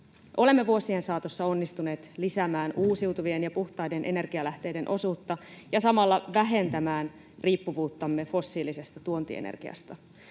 Olemme vuosien saatossa onnistuneet lisäämään uusiutuvien ja puhtaiden energialähteiden osuutta ja samalla vähentämään riippuvuuttamme fossiilisesta tuontienergiasta.